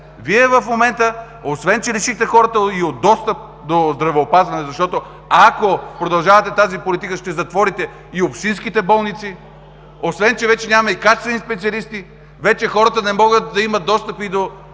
Вие в момента, освен че лишихте хората и от достъп до здравеопазване – защото, ако продължавате тази политика, ще затворите и общинските болници, освен че вече нямаме и качествени специалисти, хората вече не могат да имат достъп до